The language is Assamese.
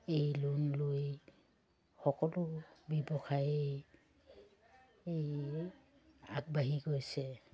এই লোন লৈ সকলো ব্যৱসায়ী এই আগবাঢ়ি গৈছে